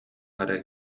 эрэ